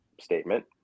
statement